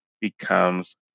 becomes